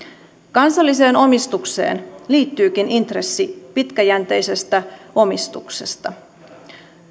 kansalliseen omistukseen liittyykin intressi pitkäjänteisestä omistuksesta